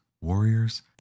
warriors